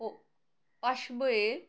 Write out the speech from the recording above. pass বইয়ে